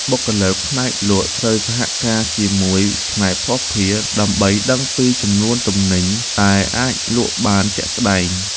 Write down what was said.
បុគ្គលិកផ្នែកលក់ត្រូវសហការជាមួយផ្នែកភស្តុភារ ដើម្បីដឹងពីចំនួនទំនិញដែលអាចលក់បានជាក់ស្តែង។